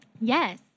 Yes